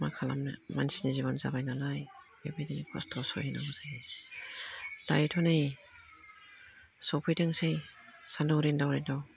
मा खालामनो मानसिनि जिब'न जाबाय नालाय बेबायदि खस्थ' सोलिनांगौ जायो दायोथ' नै सफैदोंसै सान्दुं रिन्दाव रिनदाव